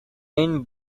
این